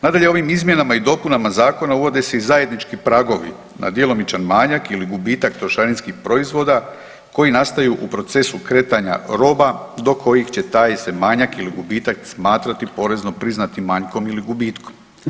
Nadalje, ovim izmjenama i dopunama zakona uvode i zajednički pragovi a djelomičan manjak ili gubitak trošarinskih proizvoda koji nastaju u procesu kretanja roba do kojih će taj se manjak ili gubitak smatrati porezno priznatim manjkom ili gubitkom.